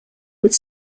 would